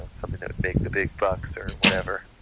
something that would make the big bucks, or whatever.